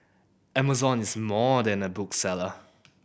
Amazon is more than a bookseller